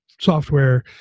software